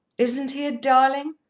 isn't he a darling?